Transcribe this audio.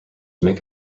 make